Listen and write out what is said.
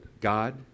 God